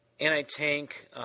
anti-tank